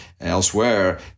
elsewhere